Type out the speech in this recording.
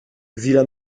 villa